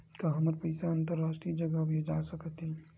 का हमर पईसा अंतरराष्ट्रीय जगह भेजा सकत हे?